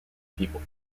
people